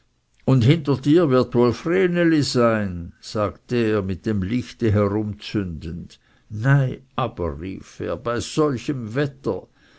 und hinter dir wird wohl vreneli sein sagte er mit dem lichte herumzündend nei aber rief er bei solchem wetter